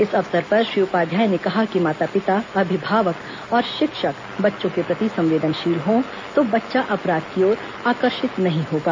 इस अवसर पर श्री उपाध्याय ने कहा कि माता पिता अभिभावक और शिक्षक बच्चों के प्रति संवेदनशील हो तो बच्चा अपराध की ओर आकर्षित नहीं होगा